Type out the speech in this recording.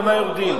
במה יורדים.